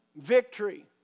Victory